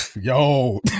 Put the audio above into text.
yo